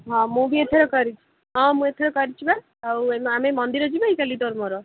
ହଁ ମୁଁ ବି ଏଥର କରିଛି ହଁ ମୁଁ ଏଥର କରିଛି ପା ଆଉ ଆମେ ମନ୍ଦିର ଯିବା କି କାଲି ତୋର ମୋର